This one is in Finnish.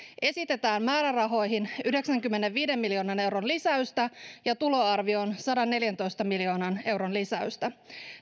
esitetään määrärahoihin yhdeksänkymmenenviiden miljoonan euron lisäystä ja tuloarvioon sadanneljäntoista miljoonan euron lisäystä